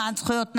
למען זכויות נשים,